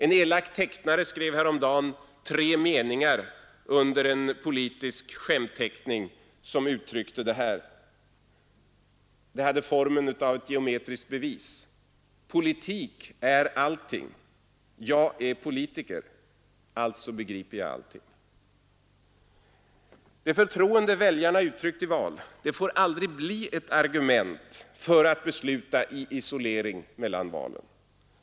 En elak tecknare skrev häromdagen tre meningar under en politisk skämtteckning, som uttryckte detta. Det hade formen av ett geometriskt bevis: Politik är allting. Jag är politiker. Alltså begriper jag allting. Det förtroende väljarna uttryckt i val får aldrig bli ett argument för att besluta i isolering mellan valen.